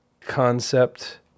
concept